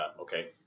okay